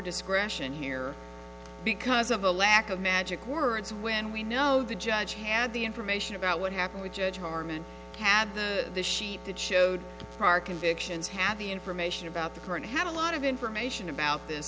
discretion here because of a lack of magic words when we know the judge had the information about what happened with judge harmon cad that this sheet that showed the our convictions have the information about the current had a lot of information about this